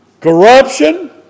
corruption